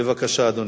בבקשה, אדוני.